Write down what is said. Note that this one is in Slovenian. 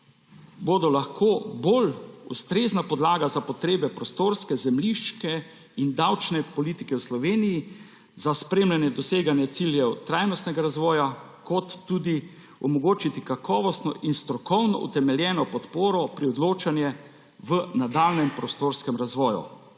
podatki lahko bolj ustrezna podlaga za potrebe prostorske, zemljiške in davčne politike v Sloveniji, za spremljanje doseganja ciljev trajnostnega razvoja ter tudi omogočiti kakovostno in strokovno utemeljeno podporo pri odločanju v nadaljnjem prostorskem razvoju.